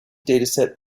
dataset